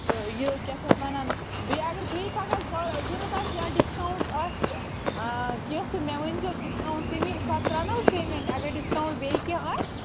تہٕ یہِ کیٛاہ چھِ اَتھ وَنان بیٚیہِ اَگر بیٚیہِ پگاہ زا ضوٚرتھ آسہِ یا ڈِسکاوُنٛٹ آسہِ کیٚنہہ تہٕ مےٚ ؤنۍزیو ڈِسکاوُنٛٹ تَمی حساب ترٛاو نا بہٕ پیمٮ۪نٛٹ اَگر ڈِسکاوُنٛٹ بیٚیہِ کیٚنہہ آسہِ